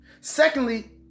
Secondly